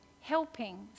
helping